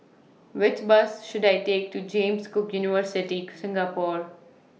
Which Bus should I Take to James Cook University Singapore